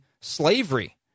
slavery